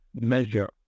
measure